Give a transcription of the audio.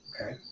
Okay